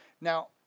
Now